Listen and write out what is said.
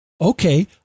Okay